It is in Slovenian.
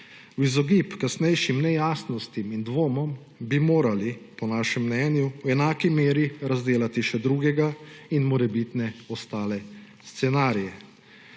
V izogib kasnejšim nejasnostim in dvomom bi morali po našem mnenju v enaki meri razdelati še drugega in morebitne ostale scenarije.